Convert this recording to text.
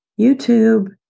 YouTube